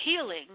healing